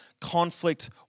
conflict